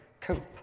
cope